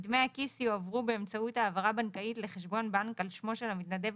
דמי הכיס יועברו באמצעות העברה בנקאית לחשבון בנק על שמו של המתנדב